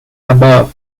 above